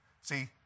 See